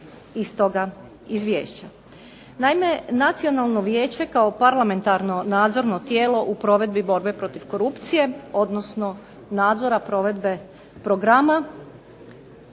Naime, Nacionalno vijeće kao parlamentarno nadzorno tijelo u provedbi borbe protiv korupcije odnosno nadzora provedbe programa